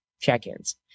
check-ins